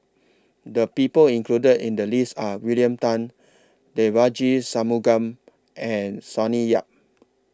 The People included in The list Are William Tan Devagi Sanmugam and Sonny Yap